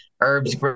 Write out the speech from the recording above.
herbs